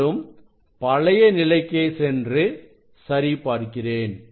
மீண்டும் பழைய நிலைக்கே சென்று சரி பார்க்கிறேன்